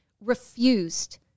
refused